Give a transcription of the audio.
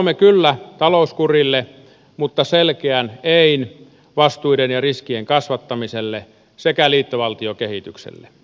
sanomme kyllä talouskurille mutta selkeän ein vastuiden ja riskien kasvattamiselle sekä liittovaltiokehitykselle